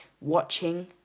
watching